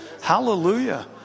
hallelujah